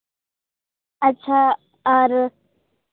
ᱟᱪᱪᱷᱟ ᱟᱨ